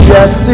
Yes